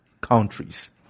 countries